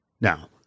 Now